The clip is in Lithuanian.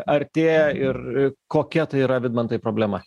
artėja ir kokia tai yra vidmantai problema